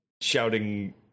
Shouting